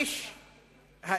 ממלא-מקום ראש הממשלה.